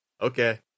Okay